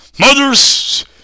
mothers